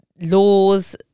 Laws